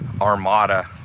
armada